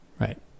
right